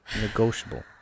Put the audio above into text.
Negotiable